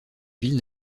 ville